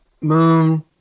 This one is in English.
moon